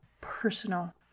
personal